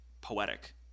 poetic